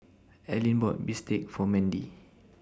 Allyn bought Bistake For Mendy